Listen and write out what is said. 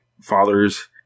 fathers